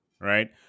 right